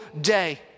day